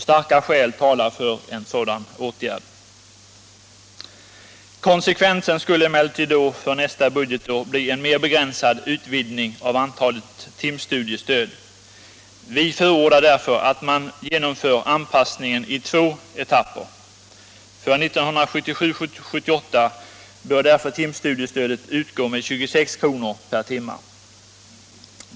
Starka skäl talar för en sådan åtgärd. Konsekvensen skulle emellertid då för nästa budgetår bli en mer begränsad utvidgning av antalet timstudiestöd. Vi förordar därför att man genomför anpassningen i två etapper. För 1977/78 bör timstudiestödet utgå med 26 kr. per timme.